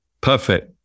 Perfect